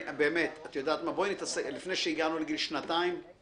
באמת, את יודעת מה, לפני שהגענו לגיל שנתיים,